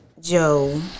Joe